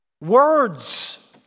Words